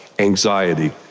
Anxiety